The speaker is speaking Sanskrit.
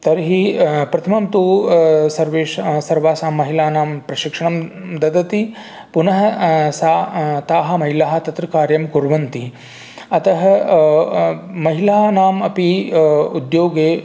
तर्हि प्रथमं तु सर्वेष् सर्वासां महिलानां प्रशिक्षणं ददति पुनः सा ताः महिलाः तत्र कार्यं कुर्वन्ति अतः महिलानामपि उद्योगे